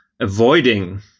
Avoiding